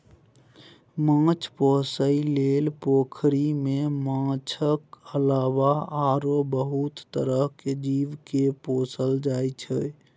माछ पोसइ लेल पोखरि मे माछक अलावा आरो बहुत तरहक जीव केँ पोसल जाइ छै